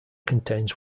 contains